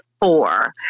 four